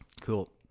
cool